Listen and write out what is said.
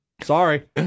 Sorry